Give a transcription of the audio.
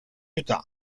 utah